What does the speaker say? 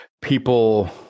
people